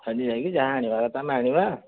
କାଲି ଯାଇକି ଯାହା ଆଣିବା କଥା ଆମେ ଆଣିବା